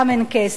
גם אין כסף,